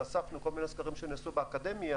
ואספנו כל מיני סקרים שנעשו באקדמיה,